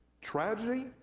tragedy